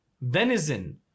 venison